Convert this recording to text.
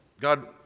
God